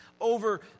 over